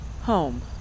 home